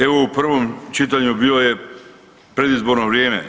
Evo u prvom čitanju bilo je predizborno vrijeme.